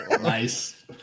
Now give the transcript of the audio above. Nice